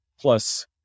Plus